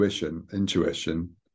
intuition